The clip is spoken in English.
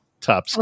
top